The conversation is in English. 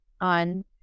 on